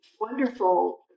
wonderful